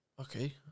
okay